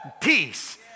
peace